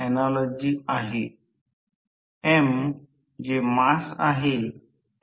तर 3 phase power 3 I2 2 r2 s असेल